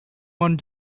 one